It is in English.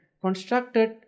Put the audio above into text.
constructed